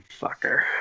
fucker